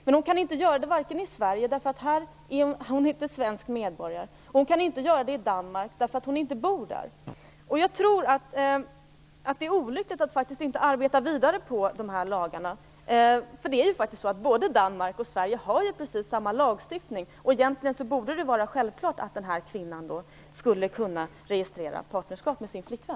Hon kan dock varken göra det i Sverige, eftersom hon inte är svensk medborgare, eller i Danmark, eftersom hon inte bor där. Jag tror att det vore olyckligt att inte arbeta vidare på dessa lagar. Danmark och Sverige har ju faktiskt precis samma lagstiftning, så egentligen borde det vara självklart att denna kvinna skulle kunna registrera partnerskap med sin flickvän.